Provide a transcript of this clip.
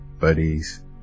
buddies